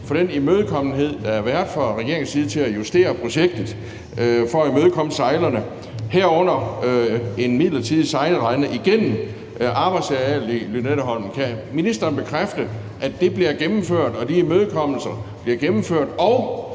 for den imødekommenhed, der har været fra regeringens side, til at justere projektet for at imødekomme sejlerne, herunder en midlertidig sejlrende igennem arbejdsarealet i Lynetteholm. Kan ministeren bekræfte, at det bliver gennemført, at de imødekommelser bliver gennemført, og